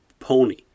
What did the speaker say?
Pony